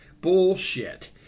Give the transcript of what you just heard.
Bullshit